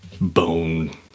bone